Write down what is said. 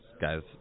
guy's